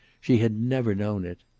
she had never known it.